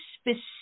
specific